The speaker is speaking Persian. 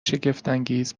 شگفتانگیز